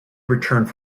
returned